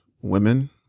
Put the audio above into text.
women